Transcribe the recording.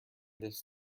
this